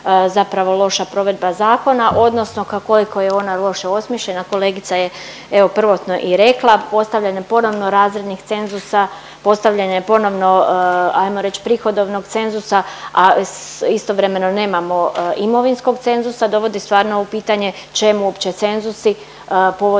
zapravo loša provedba zakona odnosno koliko je ona loše osmišljena kolegica je evo prvotno i rekla, postavljanje ponovno razrednih cenzusa postavljanje ponovno ajmo reć prihodovnog cenzusa, a istovremeno nemamo imovinskog cenzusa, dovodi stvarno u pitanje čemu uopće cenzusi povodom